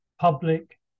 public